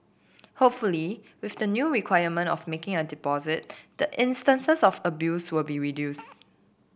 hopefully with the new requirement of making a deposit the instances of abuse will be reduced